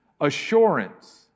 Assurance